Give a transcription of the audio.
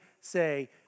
say